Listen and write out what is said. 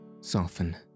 soften